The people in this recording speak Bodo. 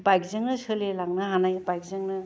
बाइकजोंनो सोलिलांनो हानाय बाइकजोंनो